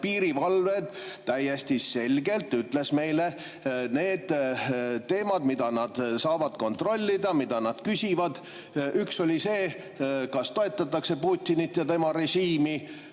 piirivalve täiesti selgelt ütles meile, mis on need teemad, mida nad saavad kontrollida, ja mida nad küsivad. Üks küsimus oli see, kas toetatakse Putinit ja tema režiimi.